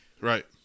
Right